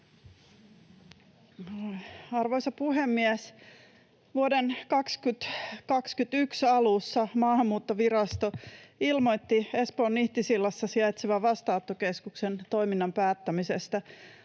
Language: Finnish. Arvoisa puhemies! Vuoden 2021 alussa Maahanmuuttovirasto ilmoitti Espoon Nihtisillassa sijaitsevan vastaanottokeskuksen toiminnan päättämisestä